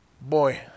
Boy